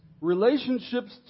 Relationships